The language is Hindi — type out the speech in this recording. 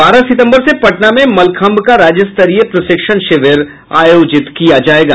बारह सितंबर से पटना में मलखंभ का राज्य स्तरीय प्रशिक्षण शिविर आयोजित किया जायेगा